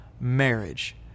marriage